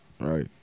Right